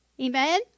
amen